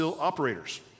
operators